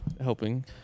helping